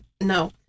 No